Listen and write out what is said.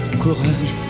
courage